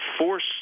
force